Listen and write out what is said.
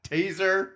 Taser